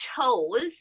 chose